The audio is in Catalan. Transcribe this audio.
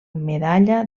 medalla